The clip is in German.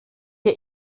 der